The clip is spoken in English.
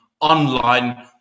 online